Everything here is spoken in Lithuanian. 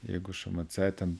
jeigu šmc ten